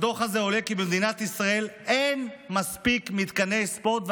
בדוח הזה עולה כי במדינת ישראל אין מספיק מתקני ספורט,